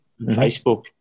Facebook